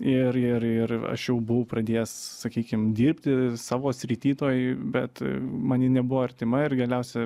ir ir ir aš jau buvau pradėjęs sakykim dirbti savo srity toj bet man ji nebuvo artima ir galiausia